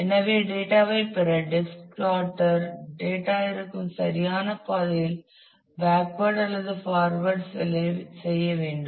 எனவே டேட்டா ஐ பெற டிஸ்க் பிளாட்டர் டேட்டா இருக்கும் சரியான பாதையில் பேக்வேர்ட் அல்லது ஃபார்வர்ட் செல்ல வேண்டும்